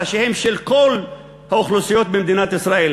ראשיהן של כל האוכלוסיות במדינת ישראל.